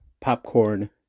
popcorn